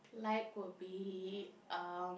like will be um